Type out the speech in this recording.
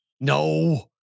No